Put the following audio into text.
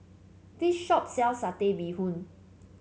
this shop sells Satay Bee Hoon